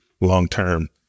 long-term